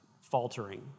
faltering